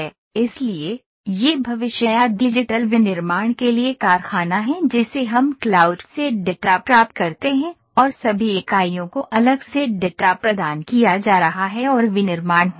इसलिए यह भविष्य या डिजिटल विनिर्माण के लिए कारखाना है जिसे हम क्लाउड से डेटा प्राप्त करते हैं और सभी इकाइयों को अलग से डेटा प्रदान किया जा रहा है और विनिर्माण हो रहा है